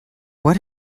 what